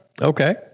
Okay